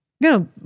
No